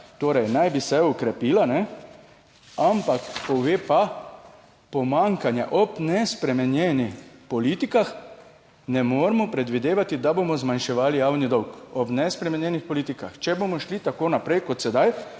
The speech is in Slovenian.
torej naj bi se okrepila, ampak pove pa pomanjkanje, ob nespremenjenih politikah ne moremo predvidevati, da bomo zmanjševali javni dolg ob nespremenjenih politikah, če bomo šli tako naprej kot sedaj,